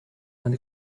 eine